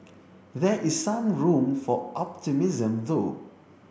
there is some room for optimism though